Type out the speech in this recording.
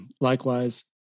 likewise